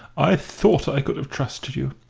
i thought i could have trusted you!